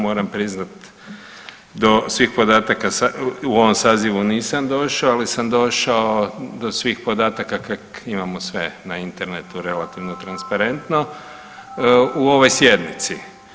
Moram priznati do svih podataka u ovom sazivu nisam došao, ali sam došao do svih podataka kako imamo sve na internetu relativno transparentno u ovoj sjednici.